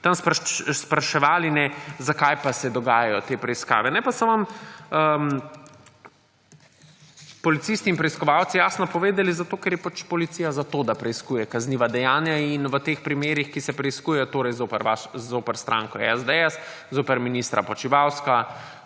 tam spraševali, zakaj pa se dogajajo te preiskave. Pa so vam policisti pa preiskovalci jasno povedali, da zato ker je policija za to, da preiskuje kazniva dejanja. In v teh primerih, ki se preiskujejo; torej zoper stranko SDS, zoper ministra Počivalška,